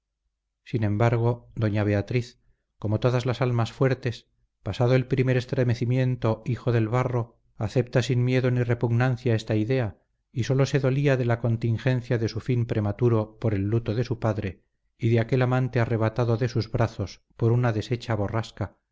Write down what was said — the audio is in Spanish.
sin embargo doña beatriz como todas las almas fuertes pasado el primer estremecimiento hijo del barro aceptaba sin miedo ni repugnancia esta idea y sólo se dolía de la contingencia de su fin prematuro por el luto de su padre y de aquel amante arrebatado de sus brazos por una deshecha borrasca